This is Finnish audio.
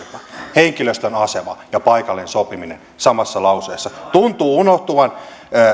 henkilöstön asema ja paikallinen sopiminen samassa lauseessa tuntuu unohtuvan